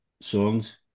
songs